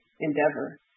endeavor